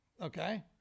okay